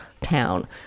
town